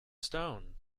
stone